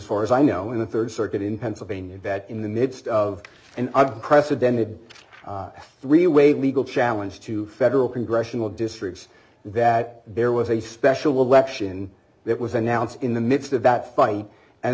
far as i know in the third circuit in pennsylvania that in the midst of an oppressive dented three way legal challenge to federal congressional districts that there was a special election that was announced in the midst of that fight and